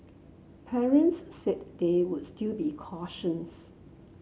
parents said they would still be cautious